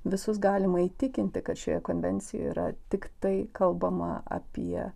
visus galima įtikinti kad šioje konvencijoje yra tik tai kalbama apie